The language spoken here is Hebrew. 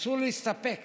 אסור להסתפק